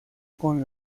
con